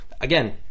again